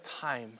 time